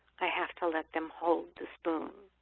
i have to let them hold the spoon.